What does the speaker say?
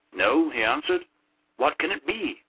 no, he answered what can it be?